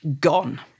gone